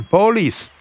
Police